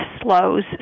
slows